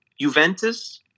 Juventus